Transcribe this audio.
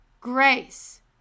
Grace